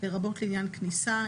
לרבות לעניין כניסה,